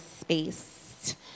space